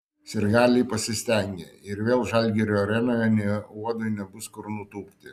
sirgaliai pasistengė ir vėl žalgirio arenoje nė uodui nebus kur nutūpti